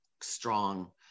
strong